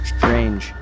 Strange